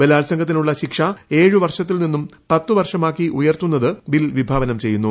ബലാത്സംഗത്തിനുള്ളി ശിക്ഷ ഏഴുവർഷത്തിൽ നിന്ന് പത്തു വർഷമാക്കി ഉയർത്തുന്നത് ബിൽ വിഭാവീന ചെയ്യുന്നു